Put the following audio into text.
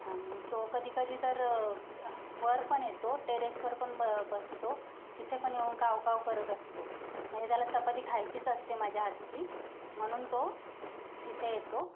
आणि तो कधी कधी तर वर पण येतो टेरेसवर पण ब बसतो तिथे पण येऊन कावकाव करत असतो म्हणजे त्याला चपाती खायचीच असते माझ्या हातची म्हणून तो तिथे येतो